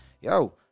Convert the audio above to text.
Yo